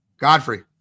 Godfrey